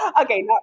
okay